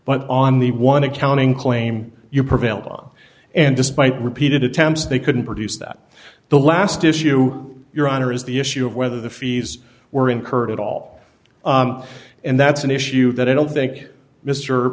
but on the one accounting claim you prevailed on and despite repeated attempts they couldn't produce that the last issue your honor is the issue of whether the fees were incurred at all and that's an issue that i don't think mr